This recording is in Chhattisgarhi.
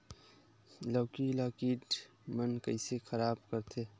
लौकी ला कीट मन कइसे खराब करथे?